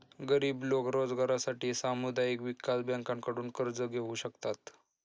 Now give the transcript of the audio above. गरीब लोक रोजगारासाठी सामुदायिक विकास बँकांकडून कर्ज घेऊ शकतात